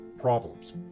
problems